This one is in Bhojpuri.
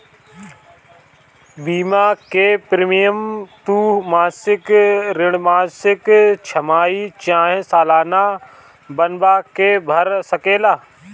बीमा के प्रीमियम तू मासिक, त्रैमासिक, छमाही चाहे सलाना बनवा के भर सकेला